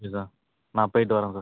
சரி சார் நான் போயிவிட்டு வரேன் சார்